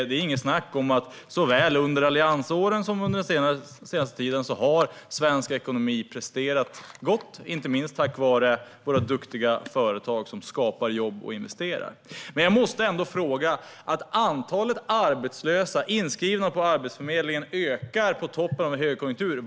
Det är inget snack om att svensk ekonomi, såväl under alliansåren som under den senaste tiden, har presterat gott, inte minst tack vare våra duktiga företag som skapar jobb och investerar. Jag måste ändå ställa en fråga. Antalet arbetslösa inskrivna på Arbetsförmedlingen ökar på toppen av en högkonjunktur.